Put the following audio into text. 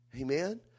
amen